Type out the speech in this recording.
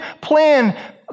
plan